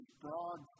broad